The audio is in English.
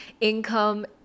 income